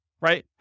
right